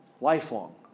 lifelong